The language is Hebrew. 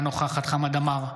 אינה נוכחת חמד עמאר,